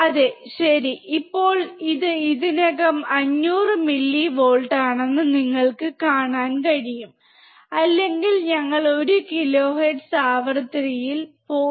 അതെ ശരി ഇപ്പോൾ ഇത് ഇതിനകം 500 മില്ലിവോൾട്ടാണെന്ന് നിങ്ങൾക്ക് കാണാൻ കഴിയും അല്ലെങ്കിൽ ഞങ്ങൾക്ക് 1 കിലോ ഹെർട്സ് ആവൃത്തിയിൽ 0